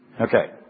Okay